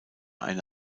eine